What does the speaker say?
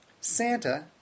Santa